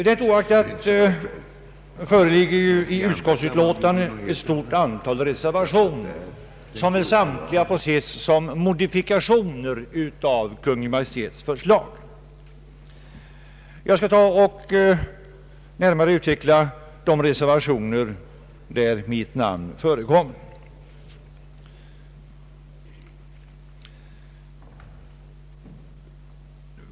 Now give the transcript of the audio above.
Det oaktat föreligger i utskottsutlåtandet ett stort antal reservationer, som väl samtliga får ses som modifikationer av Kungl. Maj:ts förslag. Jag vill närmare utveckla de reservationer där mitt namn förekommer.